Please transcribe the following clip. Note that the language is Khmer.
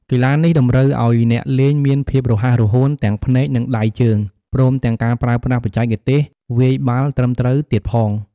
កីឡានេះតម្រូវឱ្យអ្នកលេងមានភាពរហ័សរហួនទាំងភ្នែកនិងដៃជើង ព្រមទាំងការប្រើប្រាស់បច្ចេកទេសវាយបាល់ត្រឹមត្រូវទៀតផង។